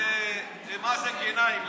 מאזן גנאים.